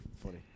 funny